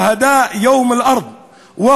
החפים מפשע, השהידים של יום האדמה והם: